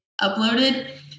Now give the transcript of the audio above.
uploaded